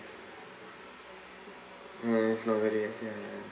uh is not very ya ya ya